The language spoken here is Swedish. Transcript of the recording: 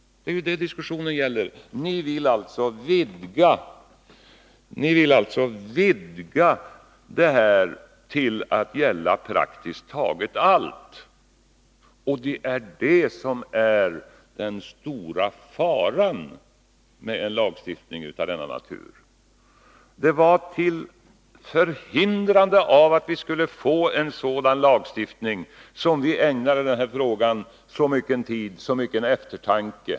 Det är det diskussionen gäller. Ni vill alltså vidga klausulen till att gälla praktiskt taget allt, och det är det som är den stora faran med en lagstiftning av denna natur. Det var till förhindrande av att vi skulle få en sådan lagstiftning som vi ägnade den här frågan så mycken tid och så mycken eftertanke.